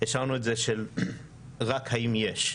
השארנו את זה רק האם יש?